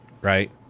right